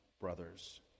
brothers